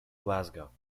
glasgow